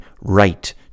right